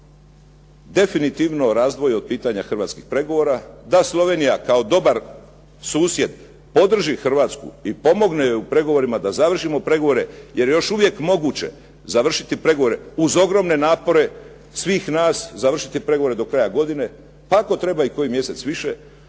da Slovenija kao dobar susjed podrži Hrvatsku i pomogne joj u pregovorima, da završimo pregovore jer još uvijek moguće završiti pregovore uz ogromne napore svih nas, završiti pregovore do kraja godine, tako treba i koji mjesec više,